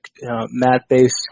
mat-based